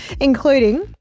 including